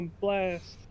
blast